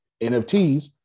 NFTs